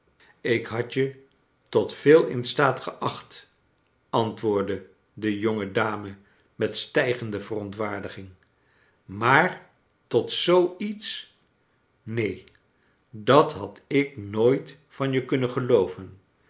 ik had je tot veel in staat geacht antwoordde de jonge dame met stijgende verontwaardiging maar tot zoo iets neen dat had ik nooit van je kunnen gelooven